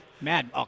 mad